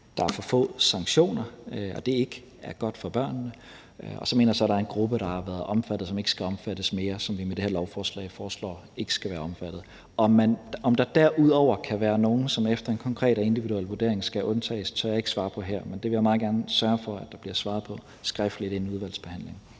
der er for få sanktioner, og at det ikke er godt for børnene. Og så mener jeg, at der er en gruppe, som har været omfattet, men som ikke skal omfattes mere. Med det her lovforslag foreslår vi, at de ikke skal være omfattet. Om der derudover kan være nogle, som efter en konkret og individuel vurdering skal undtages, tør jeg ikke svare på her, men det vil jeg meget gerne sørge for der bliver svaret på skriftligt inden udvalgsbehandlingen.